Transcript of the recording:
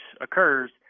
occurs